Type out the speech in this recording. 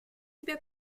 себя